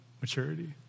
maturity